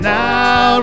now